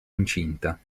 incinta